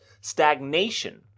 stagnation